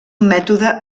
mètode